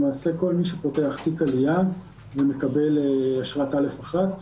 למעשה כל מי שפותח תיק עלייה ומקבל אשרת א'1,